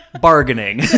bargaining